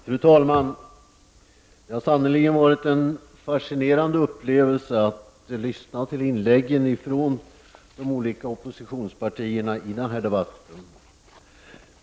Fru talman! Det har sannerligen varit en fascinerande upplevelse att lyssna på inläggen från de olika oppositionspartierna i denna debatt.